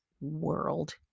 world